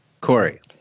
Corey